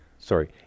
Sorry